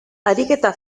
ariketa